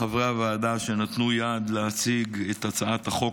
לחברי הוועדה שנתנו יד להציג את הצעת החוק